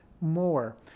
more